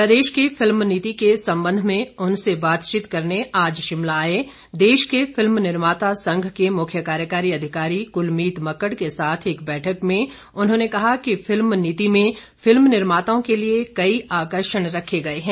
प्रदेश की फिल्म नीति के संबंध में उनसे बातचीत करने आज शिमला आए देश के फिल्म निर्माता संघ के मुख्य कार्यकारी अधिकारी कुलमीत मक्कड़ के साथ एक बैठक में उन्होंने कहा कि फिल्म नीति में फिल्म निर्माताओं के लिए कई आकर्षण रखे गए हैं